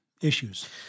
issues